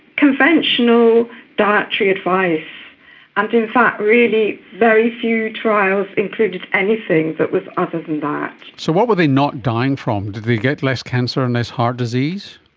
conventional dietary advice, and in fact really very few trials included anything that was other than that. so what were they not dying from? did they get less cancer and less heart disease?